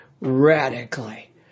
radically